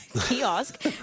kiosk